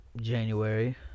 January